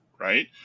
right